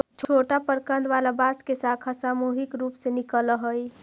छोटा प्रकन्द वाला बांस के शाखा सामूहिक रूप से निकलऽ हई